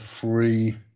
free